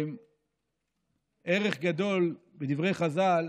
ערך גדול בדברי חז"ל